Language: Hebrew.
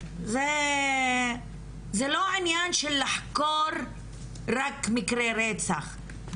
זה לא עניין של לחקור רק מקרה רצח.